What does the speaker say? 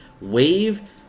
Wave